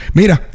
mira